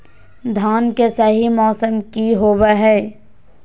धान के सही मौसम की होवय हैय?